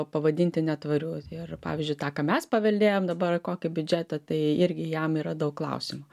pavadinti netvariu ir pavyzdžiui tą ką mes paveldėjom dabar kokį biudžetą tai irgi jam yra daug klausimų